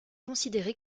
considéré